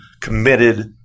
committed